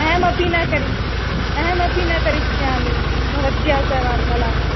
अहमपि न करिष्ये अहमपि न करिष्यामि भवत्या सह वार्तालापम्